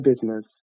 business